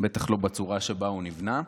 בטח לא בצורה שבה הוא נבנה.